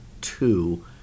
two